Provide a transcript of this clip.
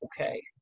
okay